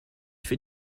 fait